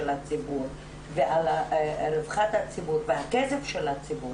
הציבור ועל רווחת הציבור והכסף של הציבור,